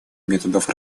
методов